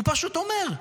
הוא פשוט אומר: